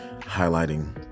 highlighting